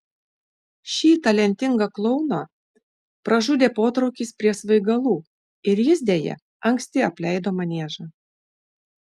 šį talentingą klouną pražudė potraukis prie svaigalų ir jis deja anksti apleido maniežą